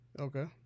Okay